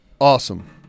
Awesome